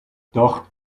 dort